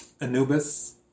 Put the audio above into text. Anubis